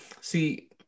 see